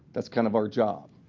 that's kind of our job.